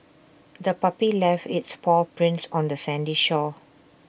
the puppy left its paw prints on the sandy shore